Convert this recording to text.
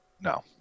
No